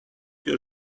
your